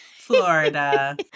Florida